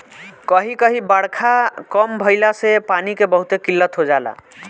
कही कही बारखा कम भईला से पानी के बहुते किल्लत हो जाला